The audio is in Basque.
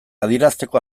adierazteko